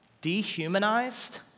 dehumanized